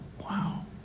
wow